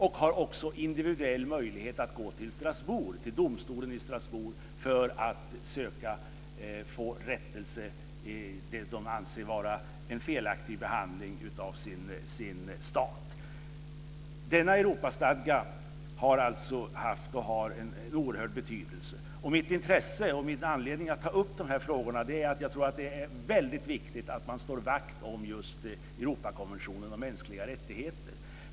De har också individuell möjlighet att gå till domstolen i Strasbourg för att söka få rättelse i det de anser vara felaktig behandling från deras stats sida. Denna Europastadga har alltså haft och har en oerhörd betydelse. Min anledning att ta upp de här frågorna är att jag tror att det är väldigt viktigt att slå vakt om just Europakonventionen om mänskliga rättigheter.